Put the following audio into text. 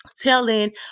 telling